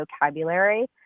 vocabulary